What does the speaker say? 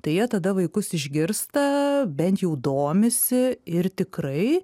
tai jie tada vaikus išgirsta bent jau domisi ir tikrai